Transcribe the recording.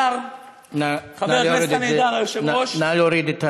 חבר הכנסת הנעדר, היושב-ראש, נא להוריד.